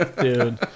Dude